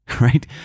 right